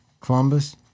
Columbus